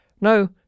No